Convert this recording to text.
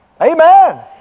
Amen